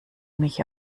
mich